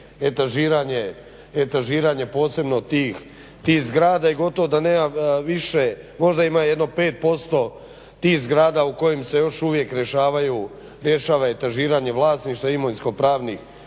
etažiranje posebno tih zgrada i gotovo da nema više, možda ima jedno 5% tih zgrada u kojima se još uvijek rješava etažiranje vlasništva, imovinskopravnih